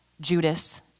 Judas